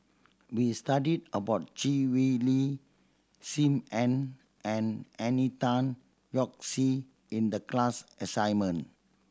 we studied about Chee Swee Lee Sim Ann and Henry Tan Yoke See in the class assignment